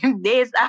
days